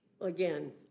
Again